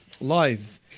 live